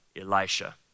Elisha